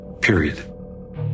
period